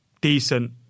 decent